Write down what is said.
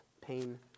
pain